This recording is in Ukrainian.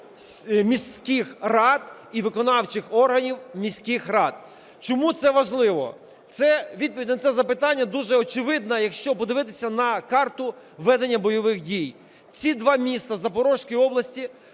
міських рад і виконавчих органів міських рад. Чому це важливо? Відповідь на це запитання дуже очевидна, якщо подивитися на карту ведення бойових дій. Ці два міста в Запорізької області